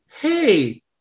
hey